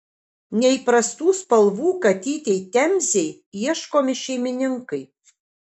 neįprastų spalvų katytei temzei ieškomi šeimininkai